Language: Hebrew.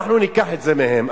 אנחנו ניקח את זה מהם.